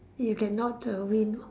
you cannot err win